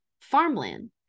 farmland